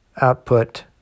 output